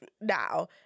now